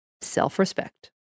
self-respect